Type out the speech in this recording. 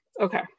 okay